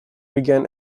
began